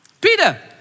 Peter